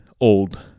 old